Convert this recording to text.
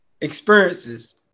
experiences